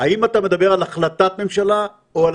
האם אתה מדבר על החלטת ממשלה או על